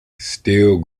still